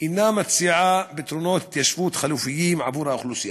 אינה מציעה פתרונות התיישבות חלופיים עבור האוכלוסייה.